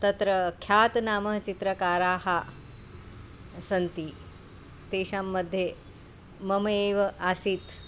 तत्र ख्यातनामचित्रकाराः सन्ति तेषां मध्ये मम एव आसीत्